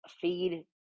feed